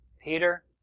Peter